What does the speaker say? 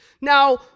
Now